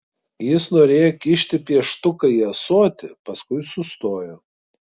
jis norėjo kišti pieštuką į ąsotį paskui sustojo